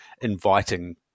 inviting